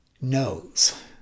knows